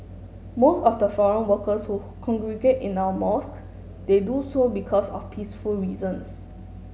most of the foreign workers who congregate in our mosques they do so because of peaceful reasons